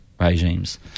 regimes